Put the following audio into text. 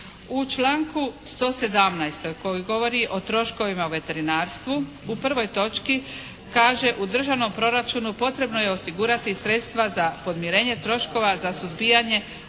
U članku 117. koji govori o troškovima u veterinarstvu u prvoj točki kaže u državnom proračunu potrebno je osigurati i sredstva za podmirenje troškova, za suzbijanje